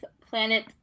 Planet